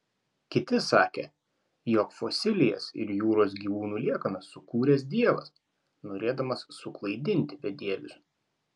kiti sakė jog fosilijas ir jūros gyvūnų liekanas sukūręs dievas norėdamas suklaidinti bedievius